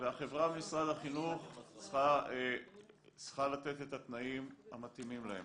והחברה במשרד החינוך צריכה לתת את התנאים המתאימים להם.